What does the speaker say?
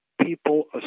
people